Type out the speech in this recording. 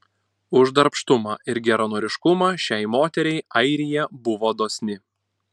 už darbštumą ir geranoriškumą šiai moteriai airija buvo dosni